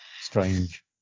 strange